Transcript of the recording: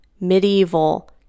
medieval